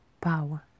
power